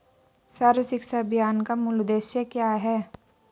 सर्व शिक्षा अभियान का मूल उद्देश्य क्या है?